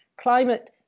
climate